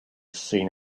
seen